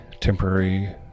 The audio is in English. temporary